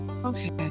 Okay